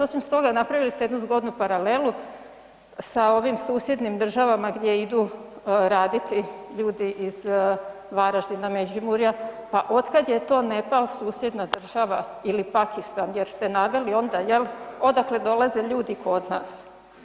Osim toga napravili ste jednu zgodnu paralelu sa ovim susjednim državama gdje idu raditi ljudi iz Varaždina, Međimurja, pa od kad je to Nepal susjedna država ili Pakistan jer ste naveli onda jel, odakle dolaze ljudi kod nas.